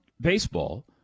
baseball